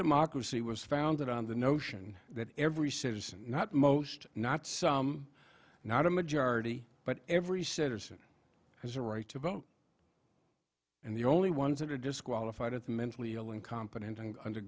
democracy was founded on the notion that every citizen not most not some not a majority but every citizen has a right to vote and the only ones that are disqualified at the mentally ill incompetent and under